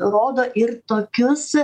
rodo ir tokius